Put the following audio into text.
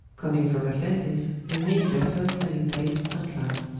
coming from atlantis, they named their first landing-place antlan.